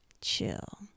chill